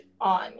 on